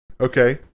Okay